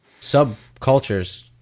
subcultures